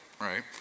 right